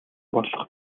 болох